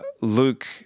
Luke